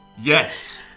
Yes